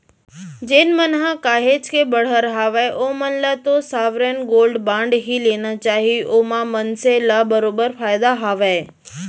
जेन मन ह काहेच के बड़हर हावय ओमन ल तो साँवरेन गोल्ड बांड ही लेना चाही ओमा मनसे ल बरोबर फायदा हावय